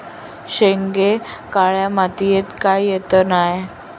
शेंगे काळ्या मातीयेत का येत नाय?